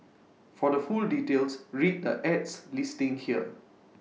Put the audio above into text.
for the full details read the ad's listing here